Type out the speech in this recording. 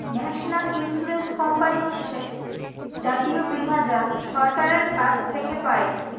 national insurance company হচ্ছে জাতীয় বীমা যা সরকারের কাছ থেকে পাই